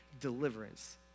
deliverance